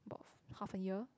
about half a year